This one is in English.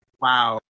Wow